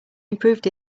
improved